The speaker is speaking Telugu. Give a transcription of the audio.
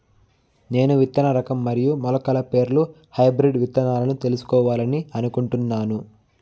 నేను విత్తన రకం మరియు మొలకల పేర్లు హైబ్రిడ్ విత్తనాలను తెలుసుకోవాలని అనుకుంటున్నాను?